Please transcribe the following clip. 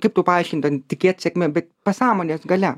kaip tau paaiškint ten tikėt sėkme bet pasąmonės galia